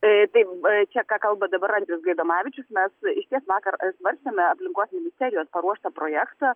taip čia ką kalba dabar andrius gaidamavičius mes iš ties vakar svarstėme aplinkos ministerijos paruoštą projektą